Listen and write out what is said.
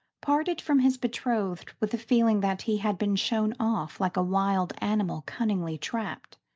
parted from his betrothed with the feeling that he had been shown off like a wild animal cunningly trapped.